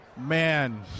Man